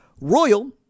Royal